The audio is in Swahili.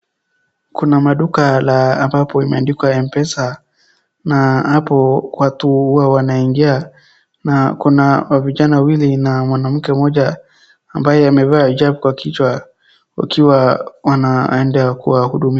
Kuna maduka la, ambapo imeandikwa M-pesa, na hapo watu huwa wanaingia, na kuna vijana wawili na mwanamke mmoja ambaye amevaa hijab kwa kichwa, wakiwa wanaenda kuwahudumia.